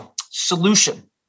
solution